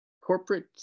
corporate